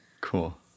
Cool